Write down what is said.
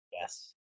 Yes